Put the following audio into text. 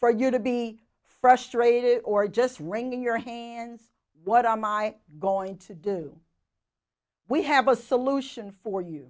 for you to be frustrated or just wringing your hands what am i going to do we have a solution for you